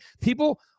People